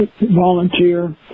volunteer